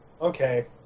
Okay